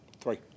Three